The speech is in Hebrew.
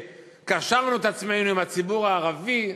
שקשרנו את עצמנו עם הציבור הערבי,